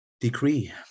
decree